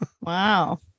wow